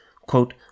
quote